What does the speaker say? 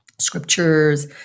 scriptures